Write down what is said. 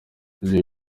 jay